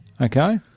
Okay